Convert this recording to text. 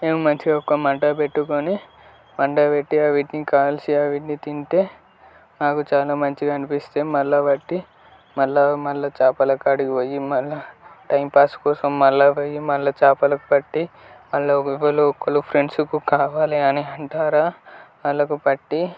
మేము మంచిగా ఒక మంట పెట్టుకొని మంట పెట్టి అవిటిని కాల్చి అవిటిని తింటే నాకు చాలా మంచిగా అనిపిస్తే మళ్ళా పట్టి మళ్ళీ మళ్ళీ చేపల కాడికి పోయి మళ్ళీ టైంపాస్ కోసం మళ్ళీ చేపల కోసం పోయి మళ్ళీ చేపలు పట్టి అందులో ఎవలో ఒకోళ్ళు ఫ్రెండ్సుకి కావాలి అంటారా వాళ్ళకు పట్టి